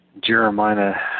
Jeremiah